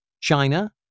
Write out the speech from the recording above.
china